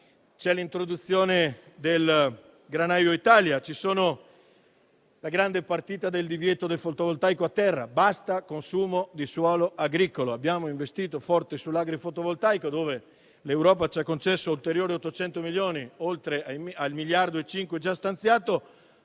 C'è l'introduzione del Granaio Italia. C'è la grande partita del divieto del fotovoltaico a terra: basta consumo di suolo agricolo. Abbiamo investito molto sull'agrifotovoltaico, dove l'Europa ci ha concesso ulteriori 800 milioni, oltre al miliardo e 500 milioni già stanziati,